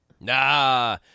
Nah